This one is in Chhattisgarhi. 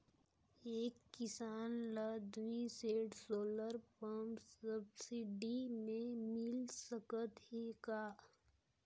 एक किसान ल दुई सेट सोलर पम्प सब्सिडी मे मिल सकत हे का?